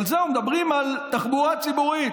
אבל זהו, מדברים על תחבורה ציבורית,